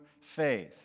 faith